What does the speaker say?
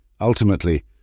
Ultimately